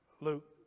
Luke